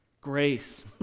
grace